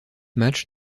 matchs